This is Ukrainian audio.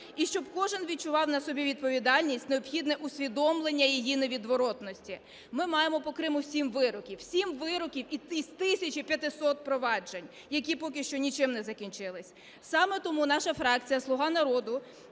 і щоб кожен відчував на собі відповідальність, необхідне усвідомлення її невідворотності. Ми маємо по Криму сім вироків, сім вироків із 1 тисячі 500 проваджень, які поки що нічим не закінчилися. Саме тому наша фракція "Слуга народу"